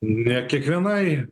ne kiekvienai